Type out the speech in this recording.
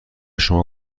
شما